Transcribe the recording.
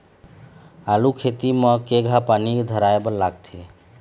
आलू खेती म केघा पानी धराए बर लागथे?